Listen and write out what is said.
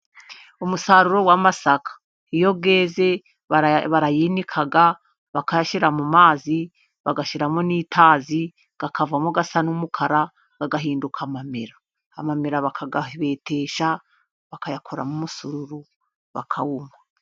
Umusaruro w'amasaka iyo yeze barayinika bakayashyira mu mazi bagashyiramo n'itazi akavamo asa n'umukara agahinduka amamera. Amamera bakayabetesha bakayakoramo umusururu bakawunywa.